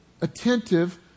attentive